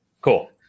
Cool